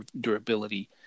durability